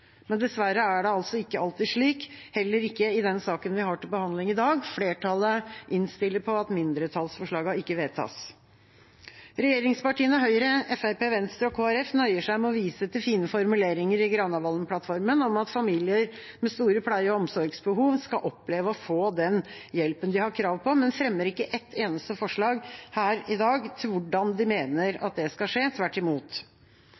Men dessverre er det altså ikke alltid slik, heller ikke i den saken vi har til behandling i dag. Flertallet innstiller på at mindretallsforslagene ikke vedtas. Regjeringspartiene, Høyre, Fremskrittspartiet, Venstre og Kristelig Folkeparti, nøyer seg med å vise til fine formuleringer i Granavolden-plattformen om at familier med store pleie- og omsorgsbehov skal oppleve å få den hjelpen de har krav på, men fremmer ikke ett eneste forslag her i dag til hvordan de mener at det skal skje – tvert imot.